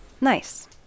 Nice